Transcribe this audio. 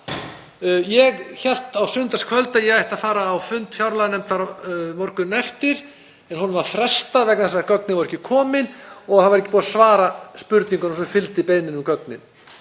Ég hélt á sunnudagskvöld að ég ætti að fara á fund fjárlaganefndar morguninn eftir en honum var frestað vegna þess að gögnin voru ekki komin og það var ekki búið að svara spurningunum sem fylgdu beiðni um gögnin.